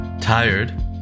Tired